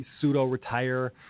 pseudo-retire